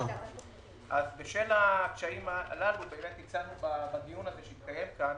בשל הקשיים הללו באמת הצגנו בדיון שהתקיים כאן